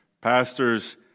pastors